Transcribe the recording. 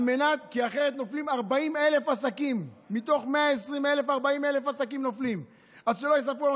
אחרת נופלים 40,000 עסקים מתוך 120,000. אז שלא יספרו לנו